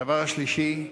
הדבר השלישי,